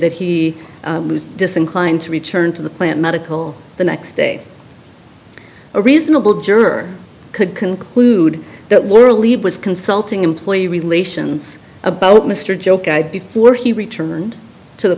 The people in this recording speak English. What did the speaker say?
that he was disinclined to return to the plant medical the next day a reasonable juror could conclude that laura leave was consulting employee relations about mr joke i before he returned to the